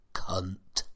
cunt